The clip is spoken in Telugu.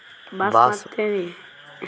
బాస్మతి బియ్యాన్ని ఎక్కువగా ఎక్కడ పండిస్తారు?